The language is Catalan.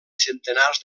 centenars